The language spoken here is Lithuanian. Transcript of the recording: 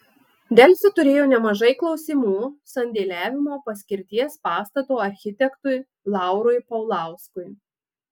delfi turėjo nemažai klausimų sandėliavimo paskirties pastato architektui laurui paulauskui